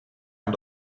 aan